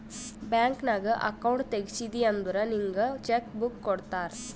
bank ನಾಗ್ account ತೆಗ್ಸಿದಿ ಅಂದುರ್ ನಿಂಗ್ ಚೆಕ್ ಬುಕ್ ಕೊಡ್ತಾರ್